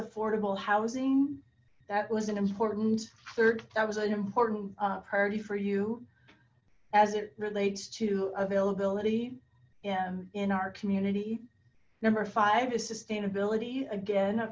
affordable housing that was an important third that was an important priority for you as it relates to availability um in our community number five is sustainability again a